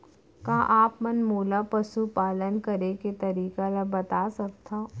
का आप मन मोला पशुपालन करे के तरीका ल बता सकथव?